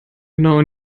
genau